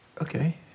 Okay